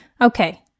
Okay